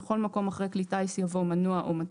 בכל מקום אחרי "כלי טיס" יבוא "מנוע או מדחף".